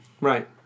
Right